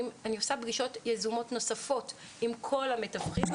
עושה פגישות יזומות נוספות עם כל המתווכים,